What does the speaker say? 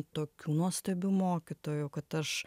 tokių nuostabių mokytojų kad aš